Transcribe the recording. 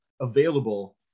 available